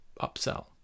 upsell